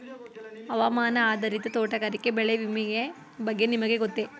ಹವಾಮಾನ ಆಧಾರಿತ ತೋಟಗಾರಿಕೆ ಬೆಳೆ ವಿಮೆಯ ಬಗ್ಗೆ ನಿಮಗೆ ಗೊತ್ತೇ?